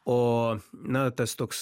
o na tas toks